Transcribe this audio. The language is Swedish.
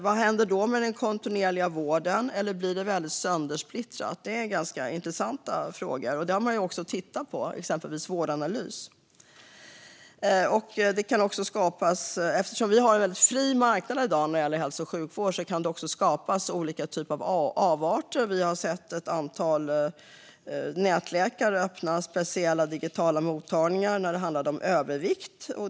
Vad händer med den kontinuerliga vården? Eller blir det en söndersplittrad vård? Det är intressanta frågor. Exempelvis Vårdanalys har tittat på dem. Eftersom det råder en fri marknad i dag när det gäller hälso och sjukvård kan det också skapas olika typer av avarter. Vi har sett ett antal nätläkare öppna speciella digitala mottagningar för övervikt.